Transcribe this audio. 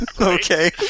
Okay